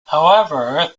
however